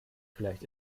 vielleicht